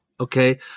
Okay